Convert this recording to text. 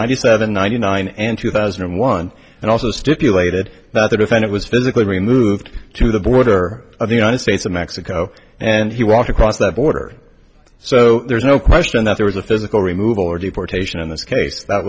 ninety seven ninety nine and two thousand and one and and also stipulated that the defendant was physically removed to the border of the united states of mexico and he walked across that border so there's no question that there was a physical removal or deportation in this case that